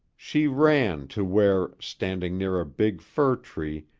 she ran to where, standing near a big fir tree,